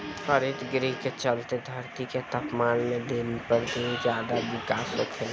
हरितगृह के चलते धरती के तापमान में दिन पर दिन ज्यादे बिकास होखेला